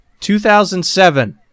2007